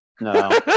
No